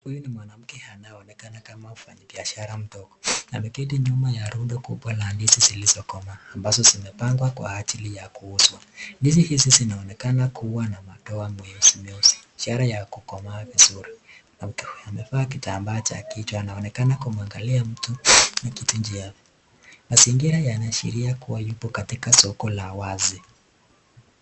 Huyu ni mwanamke anayeonekana kama mfanyibiashara biashara mdogo. Ameketi nyuma ya rundo kubwa la ndizi zilizokomaa ambazo zimepangwa kwa ajili kuuzwa. Ndizi hizi zinaonekana kuwa na madoa meusi meusi ishara ya kukomaa vizuri . Mwanamke huyu amevaa kitambaa cha kichwa anaonekana kumwangalia mtu au kitu njiani. Mazingira yanaashiria kuwa yupo katika soko la wazi.